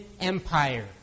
Empire